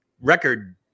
record